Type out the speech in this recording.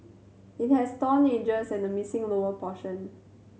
it has torn edges and missing lower portion